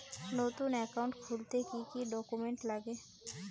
নতুন একাউন্ট খুলতে কি কি ডকুমেন্ট লাগে?